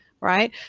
Right